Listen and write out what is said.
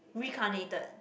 reincarnated